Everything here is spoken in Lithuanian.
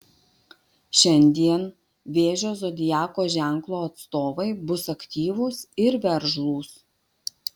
šiandien vėžio zodiako ženklo atstovai bus aktyvūs ir veržlūs